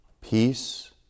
Peace